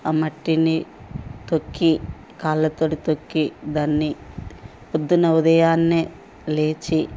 ఆ మట్టిని తొక్కి కాళ్ళతోటి తొక్కి దాన్ని పొద్దున ఉదయాన్నే లేచి